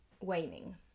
waning